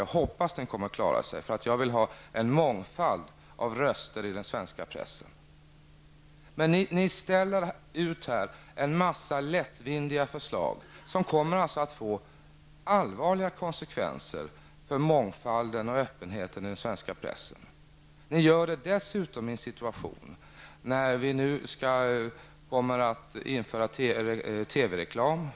Jag hoppas att den kommer att klara sig, för jag vill ha en mångfald av röster i den svenska pressen. Ni kommer med en mängd lättvindiga förslag som kommer att få allvarliga konsekvenser för mångfalden och öppenheten i den svenska pressen. Ni gör det dessutom i en situation när vi kommer att införa TV-reklam.